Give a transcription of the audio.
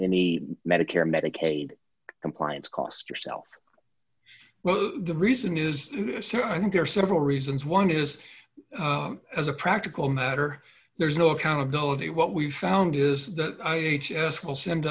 any medicare medicaid compliance cost yourself well the reason is i think there are several reasons one is as a practical matter there's no accountability what we've found is that this will send